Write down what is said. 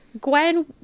Gwen